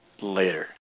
later